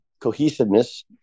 cohesiveness